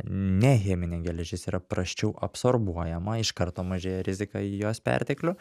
ne cheminė geležies yra prasčiau absorbuojama iš karto mažėja rizika į jos perteklių